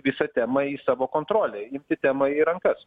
visą temą į savo kontrolę imti temą į rankas